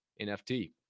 NFT